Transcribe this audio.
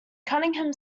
cunningham